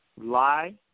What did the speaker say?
lie